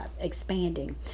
expanding